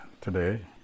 today